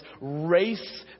race